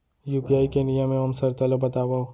UPI के नियम एवं शर्त ला बतावव